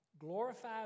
glorify